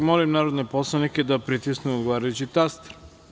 Molim narodne poslanike da pritisnu odgovarajući taster.